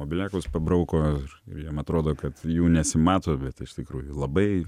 mobiliakus pabrauko ir jiem atrodo kad jų nesimato bet iš tikrųjų labai